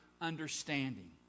understanding